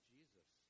Jesus